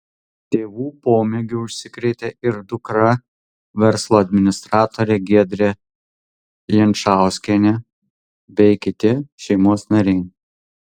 tėvų pomėgiu užsikrėtė ir dukra verslo administratorė giedrė jančauskienė bei kiti šeimos nariai